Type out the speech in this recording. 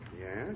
Yes